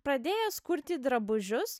pradėjęs kurti drabužius